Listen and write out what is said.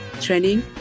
training